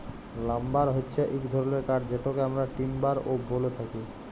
lumber হচ্যে এক ধরলের কাঠ যেটকে আমরা টিম্বার ও ব্যলে থাকি